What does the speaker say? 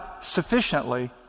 sufficiently